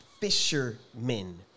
fishermen